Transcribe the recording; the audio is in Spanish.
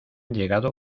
llegado